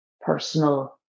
personal